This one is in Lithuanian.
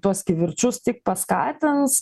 tuos kivirčus tik paskatins